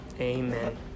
Amen